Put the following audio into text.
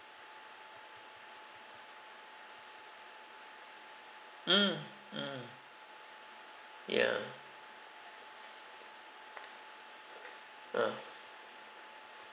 mm mm ya uh